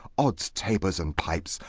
odds tabors and pipes!